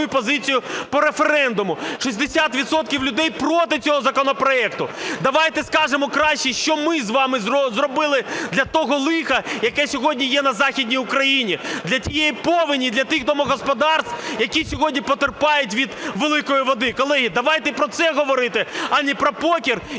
позицію по референдуму. 60 відсотків людей проти цього законопроекту. Давайте скажемо краще, що ми з вами зробили для того лиха, яке сьогодні є на Західній Україні, для тієї повені і для тих домогосподарств, які сьогодні потерпають від великої води. Колеги, давайте про це говорити, а не про покер і